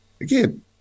again